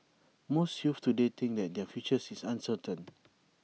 most youths today think that their future is uncertain